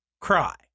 cry